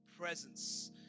presence